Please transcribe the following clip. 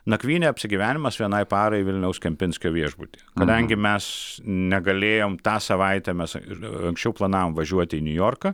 nakvynė apsigyvenimas vienai parai vilniaus kempinskio viešbutyje kadangi mes negalėjom tą savaitę mes ir anksčiau planavom važiuoti į niujorką